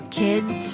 kids